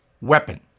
weapon